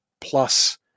plus